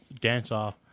dance-off